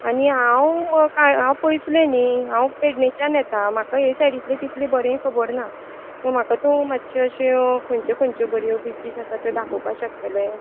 आनी हांव का हांव पयसुल्लें न्ही हांव पेडणेच्यानयेता म्हाका यें सायडीतलें तितलें बरें खबरना म्हाका तूं मातश्यो अश्यो खंयच्यो खंयच्यो बऱ्यो बिचीस आसात त्यो दाखोवपाक शकतलें